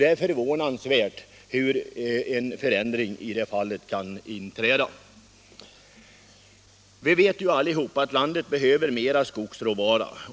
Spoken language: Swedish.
Det är förvånansvärt hur snabbt en förändring kan inträda. Vi vet alla att landet behöver mera skogsråvara.